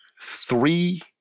three